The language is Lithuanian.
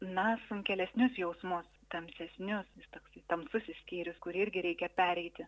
na sunkelėsnius jausmus tamsesnius toksai tamsusis skyrius kurį irgi reikia pereiti